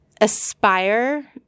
aspire